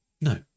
No